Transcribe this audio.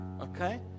Okay